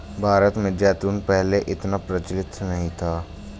भारत में जैतून पहले इतना प्रचलित नहीं था